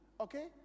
Okay